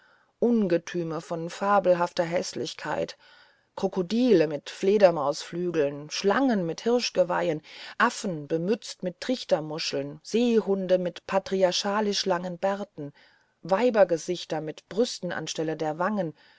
ungetüme von fabelhafter häßlichkeit krokodile mit fledermausflügeln schlangen mit hirschgeweihen affen bemützt mit trichtermuscheln seehunde mit patriarchalisch langen bärten weibergesichter mit brüsten an die stelle der wangen